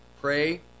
Pray